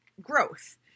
growth